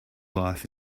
life